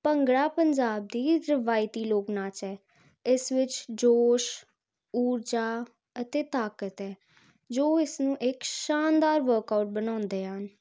ਭੰਗੜਾ ਪੰਜਾਬ ਦਾ ਰਵਾਇਤੀ ਲੋਕ ਨਾਚ ਹੈ ਇਸ ਵਿੱਚ ਜੋਸ਼ ਊਰਜਾ ਅਤੇ ਤਾਕਤ ਹੈ ਜੋ ਇਸ ਨੂੰ ਇੱਕ ਸ਼ਾਨਦਾਰ ਵਰਕਆਊਟ ਬਣਾਉਂਦੇ ਹਨ